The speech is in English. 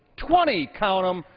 twenty, count um